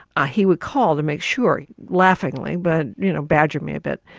ah he would call to make sure laughingly, but you know badgering me a bit.